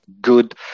good